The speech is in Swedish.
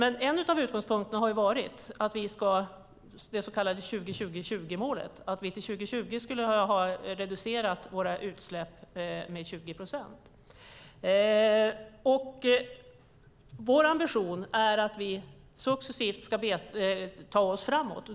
En av utgångspunkterna har varit det så kallade 20-20-20-målet, det vill säga att vi ska ha reducerat våra utsläpp med 20 procent till 2020. Det är vår ambition att vi successivt ska ta oss framåt.